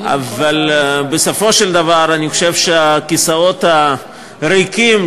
אבל בסופו של דבר אני חושב שהכיסאות הריקים,